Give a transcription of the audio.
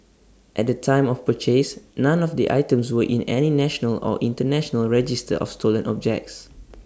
at the time of purchase none of the items were in any national or International register of stolen objects